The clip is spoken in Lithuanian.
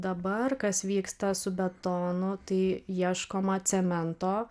dabar kas vyksta su betonu tai ieškoma cemento